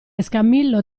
escamillo